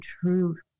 truth